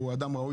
שהוא אדם ראוי